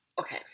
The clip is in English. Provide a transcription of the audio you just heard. Okay